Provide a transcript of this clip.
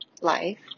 life